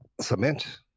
Cement